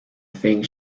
think